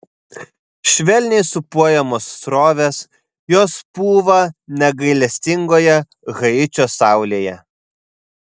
švelniai sūpuojamos srovės jos pūva negailestingoje haičio saulėje